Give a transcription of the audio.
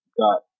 got